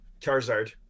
Charizard